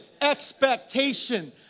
expectation